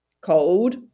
cold